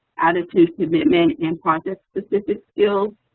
attitude, commitment and project-specific skills.